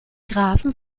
grafen